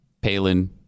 Palin